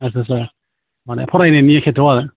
आच्चा आच्चा माने फरायनायनि खेत्र'आव आरो